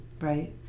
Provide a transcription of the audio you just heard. right